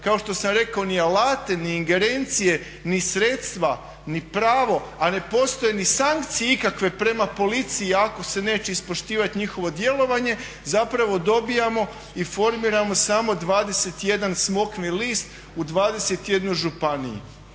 kao što sam rekao ni alate, ni ingerencije, ni sredstva, ni pravo a ne postoje ni sankcije ikakve prema policiji i ako se neće ispoštivati njihovo djelovanje zapravo dobivamo i formiramo samo 21 smokvin list u 21 županiji.